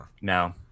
No